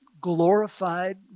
glorified